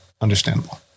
Understandable